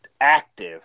active